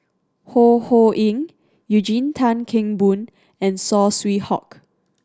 Ho Ho Ying Eugene Tan Kheng Boon and Saw Swee Hock